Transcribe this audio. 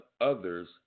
others